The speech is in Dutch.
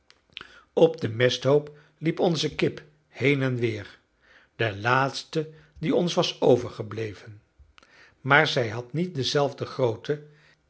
op den mesthoop liep onze kip heen en weer de laatste die ons was overgebleven maar zij had niet dezelfde grootte